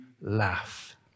laugh